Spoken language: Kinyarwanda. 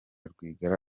rwigara